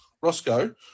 Roscoe